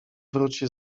wróci